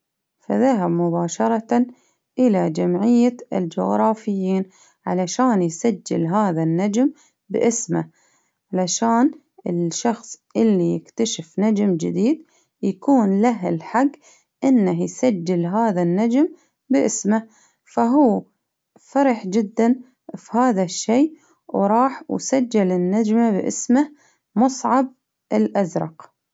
فذهب مباشرة إلى جمعية الجغرافيين، علشان يسجل هذا النجم بإسمه، علشان الشخص اللي يكتشف نجم جديد يكون له الحق إنه يسجل هذا النجم بإسمه، فهو فرح جدا فهذا الشي، وراح وسجل النجمة باسمه مصعب الأزرق.